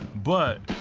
but,